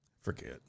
Forget